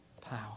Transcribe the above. power